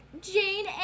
Jane